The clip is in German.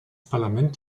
parlament